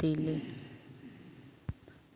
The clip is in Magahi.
दिले